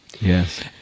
Yes